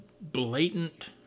blatant